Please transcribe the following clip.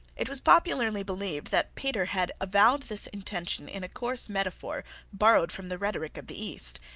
it was popularly believed that petre had avowed this intention in a coarse metaphor borrowed from the rhetoric of the east.